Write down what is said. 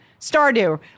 stardew